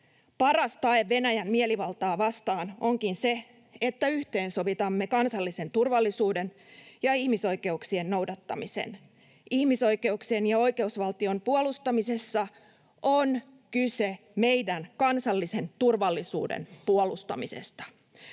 Paras tae Venäjän mielivaltaa vastaan onkin se, että yhteensovitamme kansallisen turvallisuuden ja ihmisoikeuksien noudattamisen. Ihmisoikeuksien ja oikeusvaltion puolustamisessa on kyse meidän kansallisen turvallisuuden puolustamisesta.